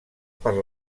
per